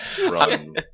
run